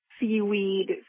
seaweed